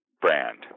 brand